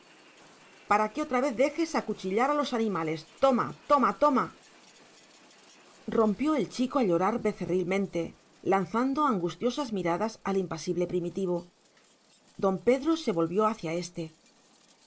para que otra vez dejes acuchillar a los animales toma toma toma rompió el chico a llorar becerrilmente lanzando angustiosas miradas al impasible primitivo don pedro se volvió hacia éste